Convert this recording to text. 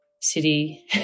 city